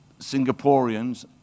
Singaporeans